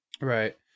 Right